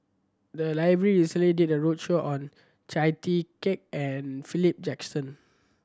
the library recently did a roadshow on Chia Tee Kiak and Philip Jackson